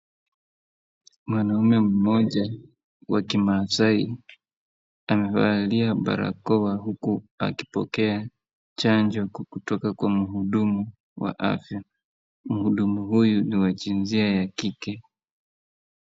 Mwanaume mmoja wa kimaasai amevalia barakoa huku akipokea chanjo kutoka kwa mhudumu wa afya. Mhudumu huyu ni wa jinsia ya kike.